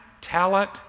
talent